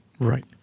Right